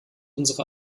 unsere